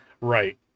Right